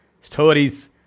stories